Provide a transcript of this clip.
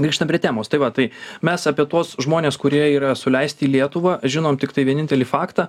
grįžtam prie temos tai va tai mes apie tuos žmones kurie yra suleisti į lietuvą žinom tiktai vienintelį faktą